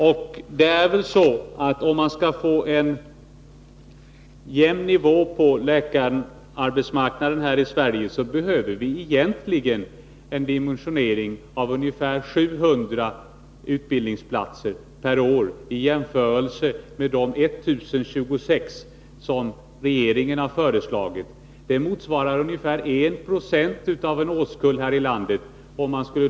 Om vi skall få en jämn nivå på läkararbetsmarknaden i Sverige, behöver vi egentligen en dimensionering av ungefär 700 utbildningsplatser per år i stället för de 1 026 som regeringen har föreslagit. De motsvarar ungefär 1 90 av en årskull.